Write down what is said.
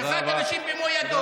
הוא שחט אנשים במו ידיו.